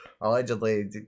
allegedly